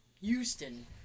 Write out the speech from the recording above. Houston